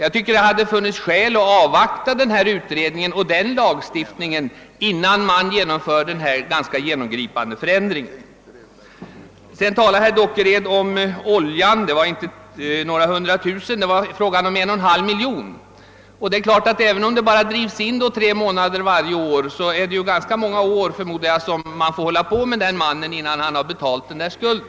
Jag tycker att det hade funnits skäl att avvakta utredningen och den lagstiftningen innan man genomför denna ganska genomgripande förändring. Herr Dockered talade om skadeståndet i samband med oljeutsläpp. Här var det inte fråga om några hundra tusen kronor utan om en och en halv miljon. Öm indrivning pågår endast under tre Månader varje år, får denne man hålla På ganska många år innan han betalat Sin skuld.